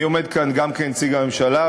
אני עומד כאן גם כנציג הממשלה,